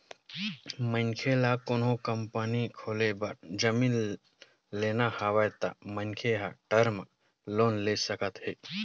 मनखे ल कोनो कंपनी खोले बर जमीन लेना हवय त मनखे ह टर्म लोन ले सकत हे